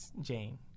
Jane